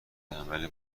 عمل